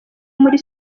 muri